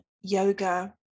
yoga